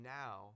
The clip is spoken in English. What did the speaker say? now